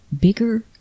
bigger